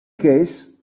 case